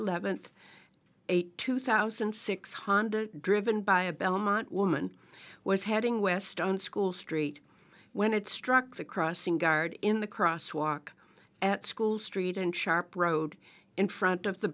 eleventh a two thousand six hundred driven by a belmont woman was heading west on school street when it struck the crossing guard in the crosswalk at school street and sharp road in front of the